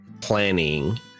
planning